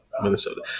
Minnesota